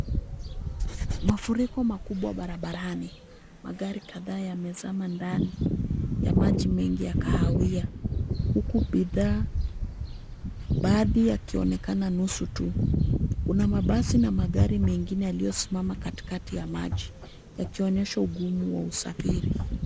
Mafuriko makubwa barabarani magari kadhaa yamezama ndani ya maji mengi ya kahawia huku baadhi yakionekana nusu tu. Kuna mabasi na magari mengine yaliyosimama katikati ya maji yakionyesha ugumu wa usafiri.